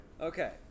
Okay